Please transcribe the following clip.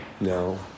No